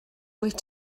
wyt